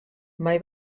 mai